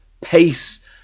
pace